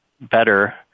better